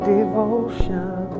Devotion